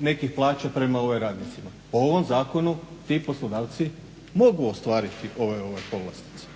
nekih plaća prema radnicima. Po ovom zakonu ti poslodavci mogu ostvariti ove povlastice.